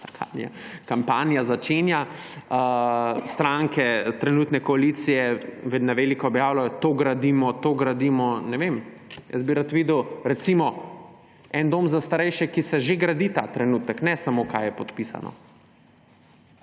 kampanja začenja, stranke trenutne koalicije na veliko objavljajo: to gradimo, to gradimo. Ne vem, jaz bi rad videl, recimo en dom za starejše, ki se že gradi ta trenutek, ne samo, kaj je podpisano.